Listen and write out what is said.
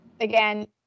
Again